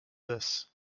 this